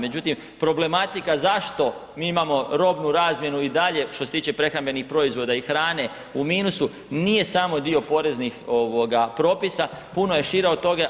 Međutim, problematika zašto mi imamo robnu razmjenu i dalje što se tiče prehrambenih proizvoda i hrane u minusu, nije samo dio poreznih propisa, puno je šire od toga.